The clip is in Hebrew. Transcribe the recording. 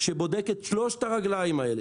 שבודק את שלוש הרגליים האלה,